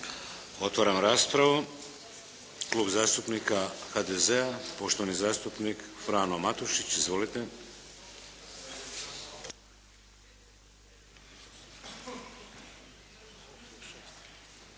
Otvaram raspravu. Klub zastupnika HDZ-a poštovani zastupnik Frano Matušić. Izvolite.